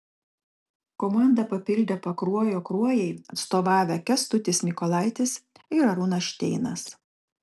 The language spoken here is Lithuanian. komanda papildė pakruojo kruojai atstovavę kęstutis mykolaitis ir arūnas šteinas